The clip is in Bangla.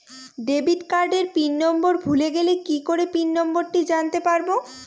ডেবিট কার্ডের পিন নম্বর ভুলে গেলে কি করে পিন নম্বরটি জানতে পারবো?